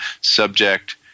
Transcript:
subject